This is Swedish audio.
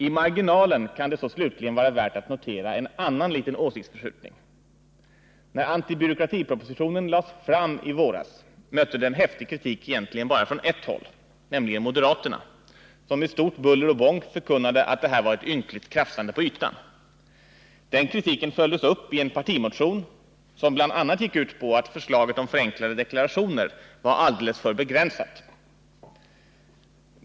I marginalen kan det så slutligen vara värt att notera en annan liten åsiktsförskjutning. När antibyråkratipropositionen lades fram i våras mötte den häftig kritik från egentligen bara ett håll, nämligen från moderaterna, som med stort buller och bång förkunnade att det här var ett krafsande på ytan. Den kritiken följdes upp i en partimotion, som bl.a. gick ut på att förslaget om förenklade deklarationer var alldeles för begränsat.